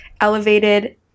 elevated